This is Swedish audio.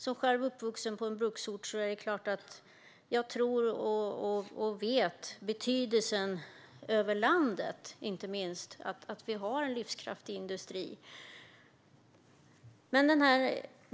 Jag är själv uppvuxen på en bruksort, och det är klart att jag förstår betydelsen för hela landet av en livskraftig industri.